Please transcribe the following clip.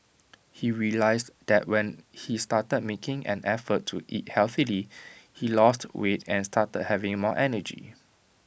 he realised that when he started making an effort to eat healthily he lost weight and started having more energy